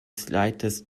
slightest